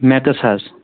max حظ